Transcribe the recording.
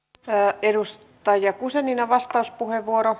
pää edus ta ja kuusi nina asiasta